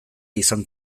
izan